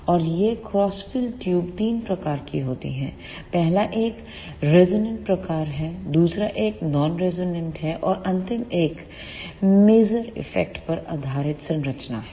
और ये cross field tube तीन प्रकार की होती हैं पहला एक रेजोनेंट प्रकार है दूसरा एक नॉन रेजोनेंट है और अंतिम एक मेसर इफेक्ट पर आधारित संरचना है